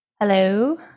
hello